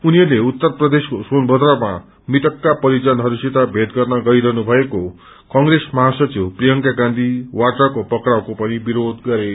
उनीहरूले उत्तर प्रदेशको सोनथद्रमा मृतकका परिजनहरूसित भेट गर्न गइरहनु भएको कंग्रेस महासचिव प्रियंका गाँथी वाड्रको पक्राउको पनि विरोध गरे